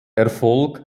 erfolg